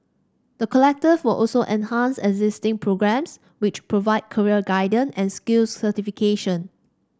the collective will also enhance existing programmes which provide career guidance and skills certification